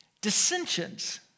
Dissensions